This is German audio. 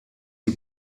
die